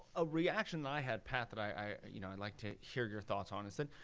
a reaction i had, pat, that i, you know, i'd like to hear your thoughts on this, and